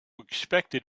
expected